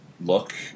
look